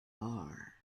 are